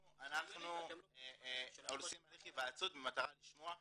אנחנו עושים הליך היוועצות במטרה לשמוע,